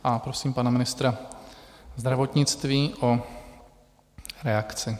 A prosím pana ministra zdravotnictví o reakci.